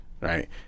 right